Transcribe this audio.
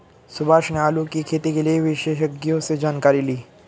सुभाष ने आलू की खेती के लिए विशेषज्ञों से जानकारी ली